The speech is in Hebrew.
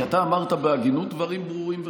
כי אתה אמרת בהגינות דברים ברורים וחדים,